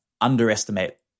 underestimate